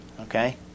Okay